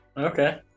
Okay